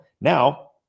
Now